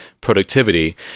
productivity